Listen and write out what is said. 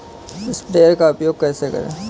Sprayer का उपयोग कैसे करें?